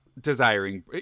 desiring